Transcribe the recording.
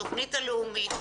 התוכנית הלאומית,